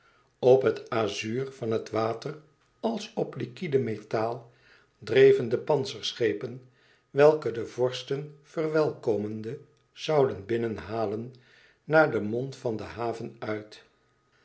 op het azuur van het water als op liquide metaal dreven de pantserschepen welke de vorsten verwelkomende zouden binnen halen naar den mond van de haven uit